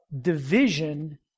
division